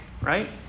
right